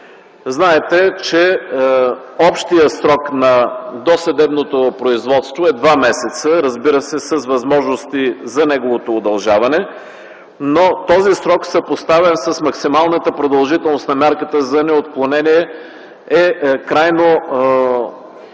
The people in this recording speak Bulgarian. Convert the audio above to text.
Знаете, че общият срок на досъдебното производство е два месеца, разбира се, с възможности за неговото удължаване. Но този срок, съпоставен с максималната продължителност на мярката за неотклонение, е крайно